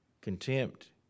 contempt